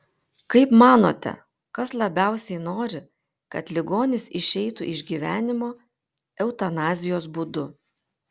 kaip manote kas labiausiai nori kad ligonis išeitų iš gyvenimo eutanazijos būdu